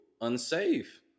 unsafe